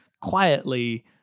quietly